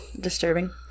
Disturbing